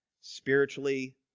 Spiritually